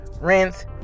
rinse